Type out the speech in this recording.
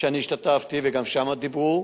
דיון שהשתתפתי בו וגם שם דיברו.